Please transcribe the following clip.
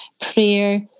prayer